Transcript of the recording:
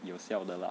有效的 lah